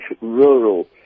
rural